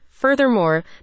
Furthermore